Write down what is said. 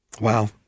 Wow